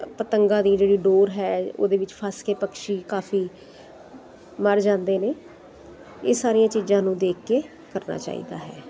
ਪਤੰਗਾਂ ਦੀ ਜਿਹੜੀ ਡੋਰ ਹੈ ਉਹਦੇ ਵਿੱਚ ਫਸ ਕੇ ਪਕਸ਼ੀ ਕਾਫੀ ਮਰ ਜਾਂਦੇ ਨੇ ਇਹ ਸਾਰੀਆਂ ਚੀਜ਼ਾਂ ਨੂੰ ਦੇਖ ਕੇ ਕਰਨਾ ਚਾਹੀਦਾ ਹੈ